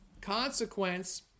consequence